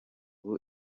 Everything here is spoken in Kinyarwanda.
ubu